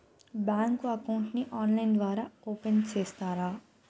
Bank account ని online ద్వారా open సేస్తారా?